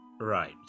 Right